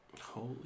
Holy